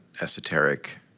esoteric